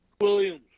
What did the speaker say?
Williams